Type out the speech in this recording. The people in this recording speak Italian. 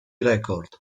records